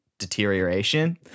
Deterioration